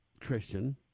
Christian